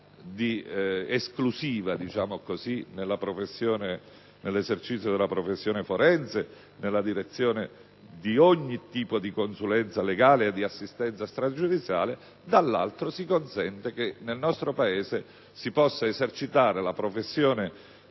di esclusiva dell'esercizio della professione forense per ogni tipo di consulenza legale e di assistenza stragiudiziale e, dall'altro, si consenta che nel nostro Paese si possa esercitare la professione di